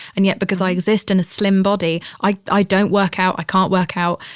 and yet, because i exist in a slim body, i i don't work out. i can't work out.